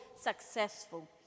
successful